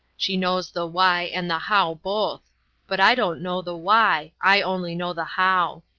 she knows the why and the how both but i don't know the why i only know the how.